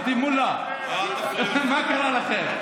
פטין מולא, מה קרה לכם?